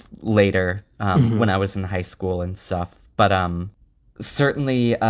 later when i was in high school and stuff. but i'm certainly